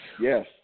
Yes